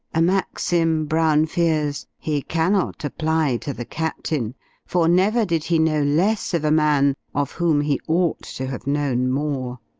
a maxim, brown fears, he cannot apply to the captain for, never did he know less of a man, of whom he ought to have known more.